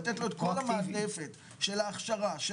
לתת לו את כל המעטפת של ההכשרה של